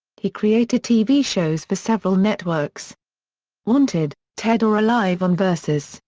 he created tv shows for several networks wanted ted or alive on versus,